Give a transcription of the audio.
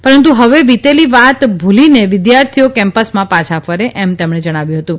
પરંતુ હવે વિતેલી વાત ભૂલીને વિદ્યાર્થીઓ કેમ્પસમાં પાછા ફરે એમ તેમણે જણાવ્યું હતું